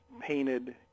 painted